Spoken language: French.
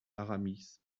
aramis